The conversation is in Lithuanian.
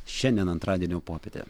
šiandien antradienio popietė